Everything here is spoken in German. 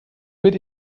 mit